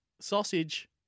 sausage